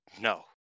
no